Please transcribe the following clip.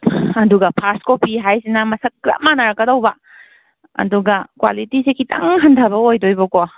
ꯑꯗꯨꯒ first copy ꯍꯥꯏꯁꯤꯅ ꯃꯁꯛ ꯆꯞ ꯃꯥꯟꯅꯔꯛꯀꯗꯧꯕ ꯑꯗꯨꯒ ꯀ꯭ꯋꯥꯂꯤꯇꯤꯁꯦ ꯈꯤꯇꯪ ꯍꯟꯊꯕ ꯑꯣꯏꯗꯣꯏꯕꯀꯣ